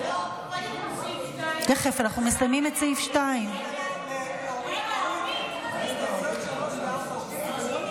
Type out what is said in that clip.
לא, קודם כול סעיף 2. הסתייגויות 3 ו-4 הוסרו?